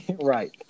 Right